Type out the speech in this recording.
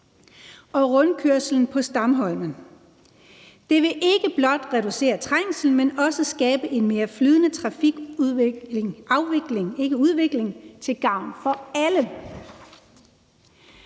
og rundkørslen på Stamholmen. Det vil ikke blot reducere trængslen, men også skabe en mere flydende trafikafvikling til gavn for alle.